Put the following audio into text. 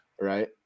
Right